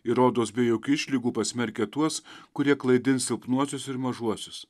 ir rodos be jokių išlygų pasmerkia tuos kurie klaidins silpnuosius ir mažuosius